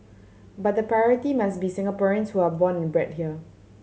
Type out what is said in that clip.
but the priority must be Singaporeans who are born and bred here